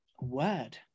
word